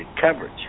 coverage